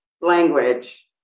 language